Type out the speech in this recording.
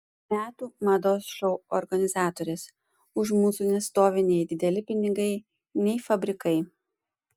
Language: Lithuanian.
metų mados šou organizatorės už mūsų nestovi nei dideli pinigai nei fabrikai